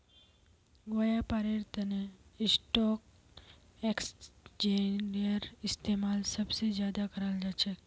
व्यापारेर तना स्टाक एक्स्चेंजेर इस्तेमाल सब स ज्यादा कराल जा छेक